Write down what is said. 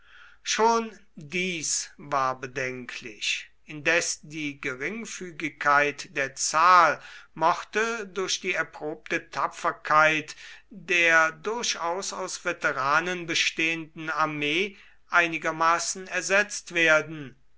schon dies war bedenklich indes die geringfügigkeit der zahl mochte durch die erprobte tapferkeit der durchaus aus veteranen bestehenden armee einigermaßen ersetzt werden